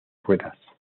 ruedas